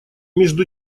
между